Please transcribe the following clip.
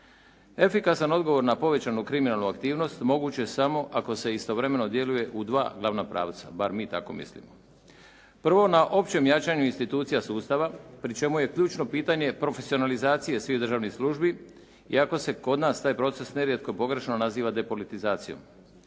Efikasan odgovor na povećanu kriminalnu aktivnost moguć je samo ako se istovremeno djeluje u dva glavna pravca, bar mi tako mislimo. Prvo, na općem jačanju institucija sustava pri čemu je ključno pitanje profesionalizacija svih državnih službi iako se kod nas taj proces nerijetko pogrešno naziva depolitizacijom.